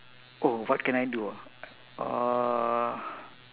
oh what can I do ah uh